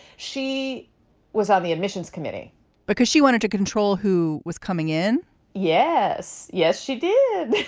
she was on the admissions committee because she wanted to control who was coming in yes. yes, she did